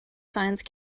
science